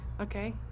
Okay